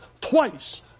twice